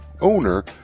owner